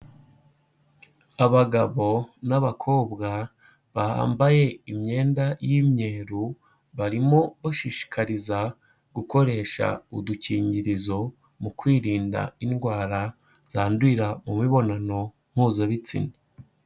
Abagabo n'abakobwa bambaye imyenda y'imyeru, barimo bashishikariza gukoresha udukingirizo mu kwirinda indwara zandurira mu mibonano mpuzabitsina.